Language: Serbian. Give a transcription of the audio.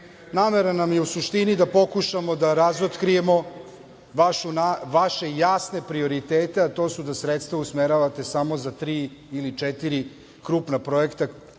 Namera nam je u suštini da pokušamo da razotkrijemo vaše jasne prioritete, a to su da sredstva preusmeravate samo za tri, ili četiri, krupna projekta